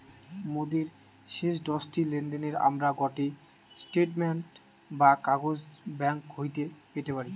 মোদের শেষ দশটি লেনদেনের আমরা গটে স্টেটমেন্ট বা কাগজ ব্যাঙ্ক হইতে পেতে পারি